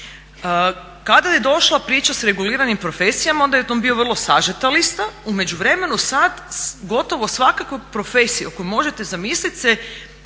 Kada je došla priča s reguliranim profesijama onda je … vrlo sažeta lista. U međuvremenu sad gotovo svakakve profesije koje možete zamislit se